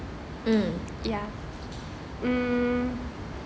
mm